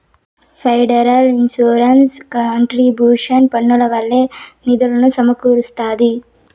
federal insurance contribution పన్నుల వల్లే నిధులు సమకూరస్తాంది